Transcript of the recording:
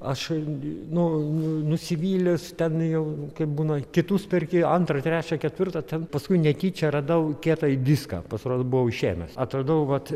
aš nu nusivylęs ten jau būna kitus perki antrą trečią ketvirtą ten paskui netyčia radau kietąjį diską pasirodo buvau išėmęs atradau vat